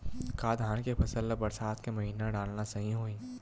का धान के फसल ल बरसात के महिना डालना सही होही?